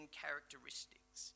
characteristics